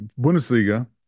bundesliga